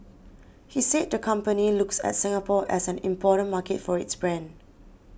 he said the company looks at Singapore as an important market for its brand